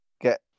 get